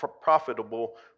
profitable